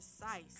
precise